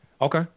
okay